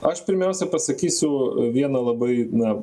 aš pirmiausia pasakysiu vieną labai na